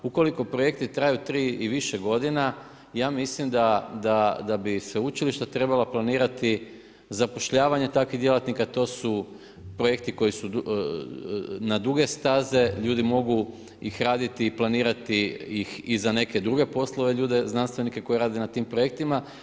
Ukoliko projekti traju 3 i više godina, ja mislim da bi sveučilišta trebala planirati zapošljavanje takvih djelatnika, to su projekti koji su na duge staze, ljudi ih mogu raditi i planirati i za neke druge poslove ljude znanstvenike koji rade na tim projektima.